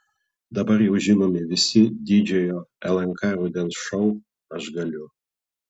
dabar jau žinomi visi didžiojo lnk rudens šou aš galiu